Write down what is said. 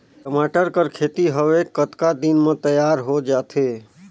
टमाटर कर खेती हवे कतका दिन म तियार हो जाथे?